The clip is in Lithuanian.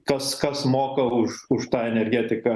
kas kas moka už už tą energetiką